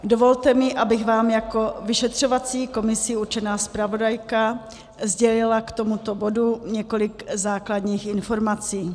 Dovolte mi, abych vám jako vyšetřovací komisí určená zpravodajka sdělila k tomuto bodu několik základních informací.